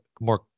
more